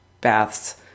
baths